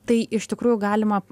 tai iš tikrųjų galima